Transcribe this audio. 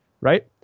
right